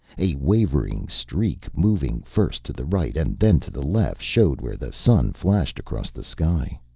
a wavering streak, moving first to the right and then to the left, showed where the sun flashed across the sky.